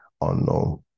unknown